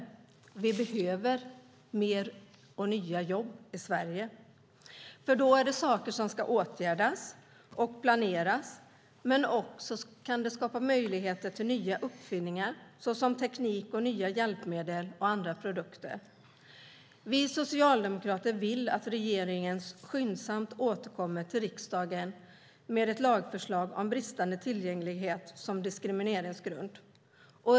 Vi behöver mer och nya jobb i Sverige. Det är saker som ska åtgärdas och planeras, men det kan också skapa möjligheter till nya uppfinningar, såsom teknik, nya hjälpmedel och andra produkter. Vi socialdemokrater vill att regeringen skyndsamt återkommer till riksdagen med ett lagförslag om bristande tillgänglighet som diskrimineringsgrund.